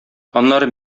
аннары